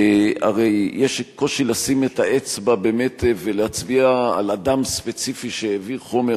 הרי יש קושי לשים את האצבע באמת ולהצביע על אדם ספציפי שהעביר חומר.